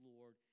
Lord